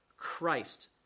christ